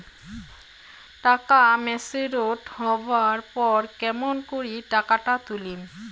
টাকা ম্যাচিওরড হবার পর কেমন করি টাকাটা তুলিম?